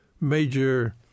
major